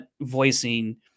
voicing